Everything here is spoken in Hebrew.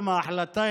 ההחלטה,